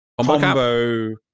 Combo